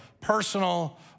personal